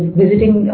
visiting